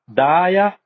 daya